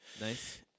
Nice